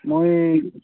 মই